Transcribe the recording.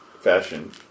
fashion